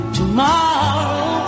tomorrow